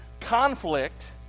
conflict